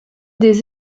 des